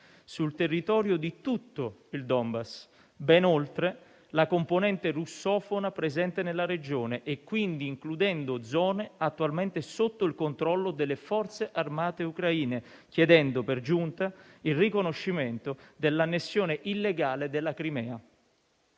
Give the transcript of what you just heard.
sul territorio di tutto il Donbass, ben oltre la componente russofona presente nella regione, includendo quindi zone attualmente sotto il controllo delle forze armate ucraine e chiedendo per giunta il riconoscimento dell'annessione illegale della Crimea.